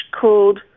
called